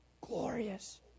glorious